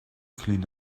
clean